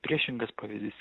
priešingas pavyzdys